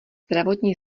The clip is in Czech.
zdravotní